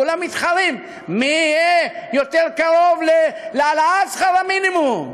כולם מתחרים מי יהיה יותר קרוב להעלאת שכר המינימום.